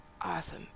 Awesome